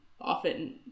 often